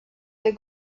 der